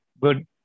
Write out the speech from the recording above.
good